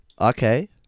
Okay